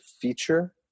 feature